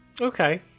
Okay